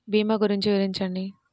భీమా గురించి వివరించండి?